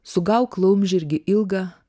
sugauk laumžirgį ilgą